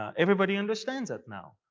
everybody understands that now.